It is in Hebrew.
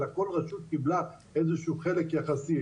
אלא כל רשות קיבלה איזשהו חלק יחסי.